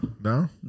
No